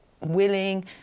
willing